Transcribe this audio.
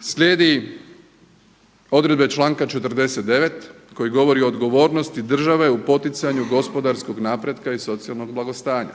Slijedi odredbe članka 49. koji govori o odgovornosti države u poticanju gospodarskog napretka i socijalnog blagostanja.